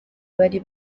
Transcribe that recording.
bari